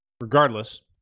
regardless